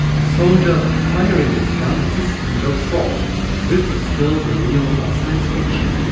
a soldier firing his gun at the speed of thought this is still the realm of science fiction.